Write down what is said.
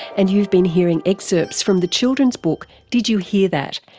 and you've been hearing excerpts from the children's book did you hear that?